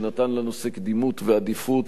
שנתן לנושא קדימות ועדיפות,